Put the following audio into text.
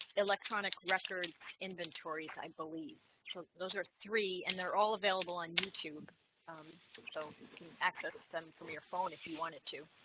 electronic records inventories, i believe so those are three and they're all available on youtube um so you so can access them from your phone if you wanted to